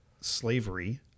slavery